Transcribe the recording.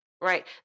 Right